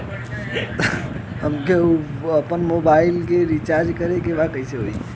हमके आपन मोबाइल मे रिचार्ज करे के बा कैसे होई?